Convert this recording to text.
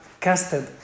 casted